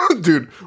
Dude